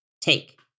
take